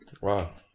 Wow